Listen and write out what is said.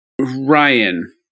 Ryan